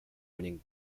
winning